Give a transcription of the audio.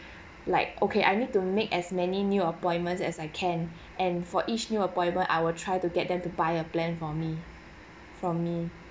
like okay I need to make as many new appointments as I can and for each new appointment I will try to get them to buy a plan for me from me